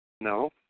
No